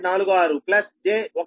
46 j1